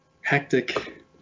hectic